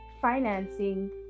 financing